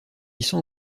sent